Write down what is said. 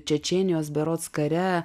čečėnijos berods kare